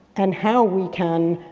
and how we can,